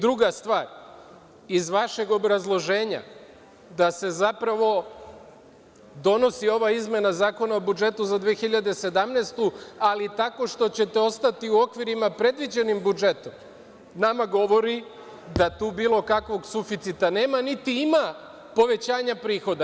Druga stvar, iz vašeg obrazloženja da se zapravo donosi ova izmena Zakona o budžetu za 2017. godinu, ali tako što ćete ostati u okvirima predviđenim budžetom, nama govori da tu bilo kakvog suficita nema, niti ima povećanja prihoda.